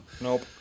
Nope